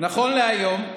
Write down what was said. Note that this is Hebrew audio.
נכון להיום,